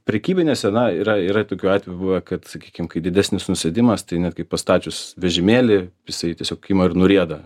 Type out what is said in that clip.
prekybinė scena yra yra tokių atvejų buvę kad sakykim kai didesnis nusėdimas tai netgi pastačius vežimėlį jisai tiesiog ima ir nurieda